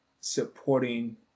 supporting